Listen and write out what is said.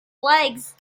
legs